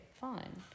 fine